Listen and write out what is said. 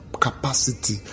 Capacity